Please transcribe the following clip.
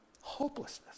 Hopelessness